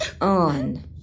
on